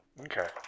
Okay